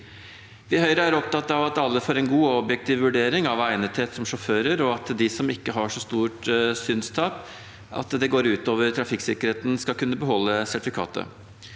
er vi opptatt av at alle får en god og objektiv vurdering av sin egnethet som sjåfører, og at de som ikke har så stort synstap at det går ut over trafikksikkerheten, skal kunne beholde sertifikatet.